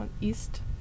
east